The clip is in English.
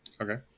Okay